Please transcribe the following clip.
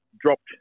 dropped